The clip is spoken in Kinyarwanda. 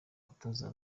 abatoza